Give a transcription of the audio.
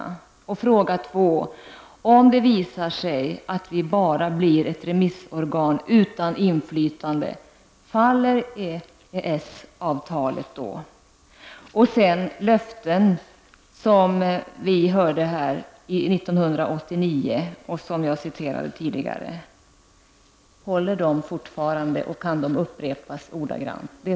Den andra frågan var: Om det visar sig att vi bara blir ett remissorgan utan inflytande, faller då EES Och vidare: De löften som vi hörde här 1989 -- och som jag citerade tidigare -- håller de fortfarande, och kan de upprepas ordagrant?